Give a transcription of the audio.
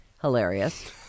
Hilarious